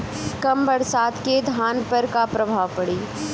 कम बरसात के धान पर का प्रभाव पड़ी?